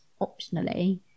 optionally